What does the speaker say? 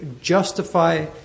justify